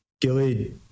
Gilly